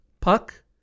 Puck